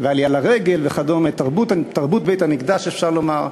והעלייה לרגל וכדומה, תרבות בית-המקדש, אפשר לומר,